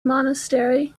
monastery